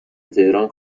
تهران